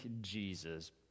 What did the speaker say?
Jesus